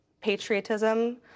patriotism